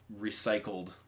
recycled